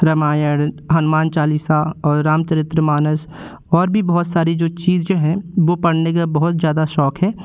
रामायण हनुमान चलीसा राम चरित्र मानस और भी बहुत सारी चीज जो हैं वो पढ़ने का बहुत ज़्यादा शौक है